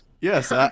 Yes